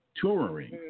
Touring